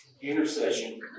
Intercession